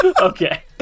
Okay